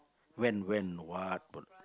when when what wh~